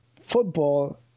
football